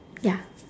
ya